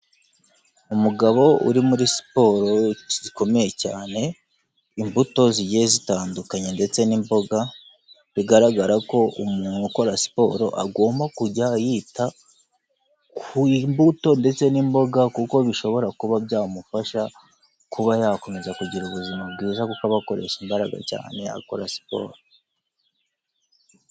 Umugabo uri muri siporo zikomeye cyane, imbuto zigiye zitandukanye ndetse n'imboga bigaragara ko umuntu ukora siporo agomba kujya yita ku mbuto ndetse n'imboga kuko bishobora kuba byamufasha kuba yakomeza kugira ubuzima bwiza kuko aba akoresha imbaraga cyane akora siporo.